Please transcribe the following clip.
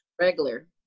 regular